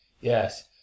yes